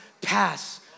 pass